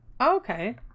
Okay